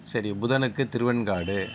சரி புதனுக்கு திருவெண்காடு